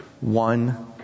one